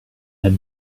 had